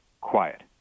Quiet